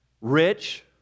Rich